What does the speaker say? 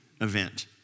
event